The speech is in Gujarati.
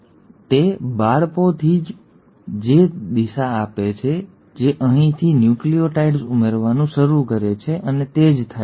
અને તે બાળપોથી જ તે દિશા આપે છે જે અહીંથી ન્યુક્લિઓટાઇડ્સ ઉમેરવાનું શરૂ કરે છે અને તે જ થાય છે